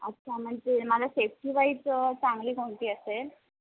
अच्छा म्हणजे मला सेफ्टी वाईज चांगली कोणती असेल